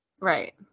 Right